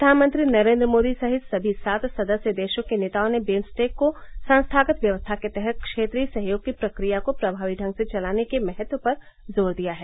प्रधानमंत्री नरेन्द्र मोदी सहित सभी सात सदस्य देशों के नेताओं ने बिम्सटेक को संस्थागत व्यवस्था के तहत क्षेत्रीय सहयोग की प्रक्रिया को प्रभावी ढंग से चलाने के महत्व पर जोर दिया है